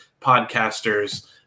podcasters